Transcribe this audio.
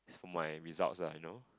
my results lah you know